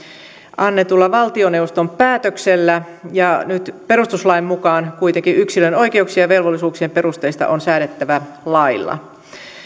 annetulla valtioneuvoston päätöksellä ja nyt perustuslain mukaan kuitenkin yksilön oikeuksien ja velvollisuuksien perusteista on säädettävä lailla